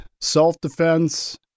self-defense